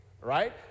right